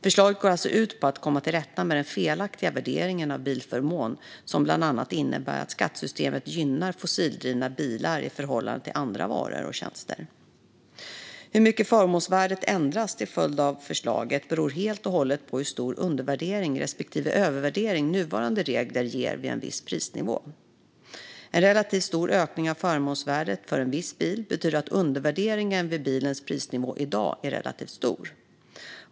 Förslaget går alltså ut på att komma till rätta med den felaktiga värderingen av bilförmån, som bland annat innebär att skattesystemet gynnar fossildrivna bilar i förhållande till andra varor och tjänster. Hur mycket förmånsvärdet ändras till följd av förslaget beror helt och hållet på hur stor undervärdering respektive övervärdering nuvarande regler ger vid en viss prisnivå. En relativt stor ökning av förmånsvärdet för en viss bil betyder att undervärderingen vid bilens prisnivå i dag är relativt stor.